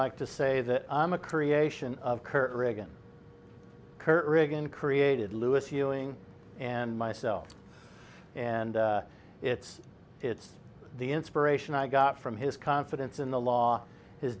like to say that i'm a creation of kurt ragan kurt riggin created louis healing and myself and it's it's the inspiration i got from his confidence in the law his